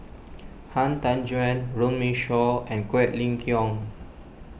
Han Tan Juan Runme Shaw and Quek Ling Kiong